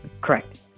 Correct